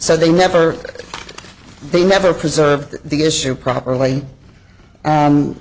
so they never they never preserve the issue properly